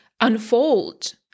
unfold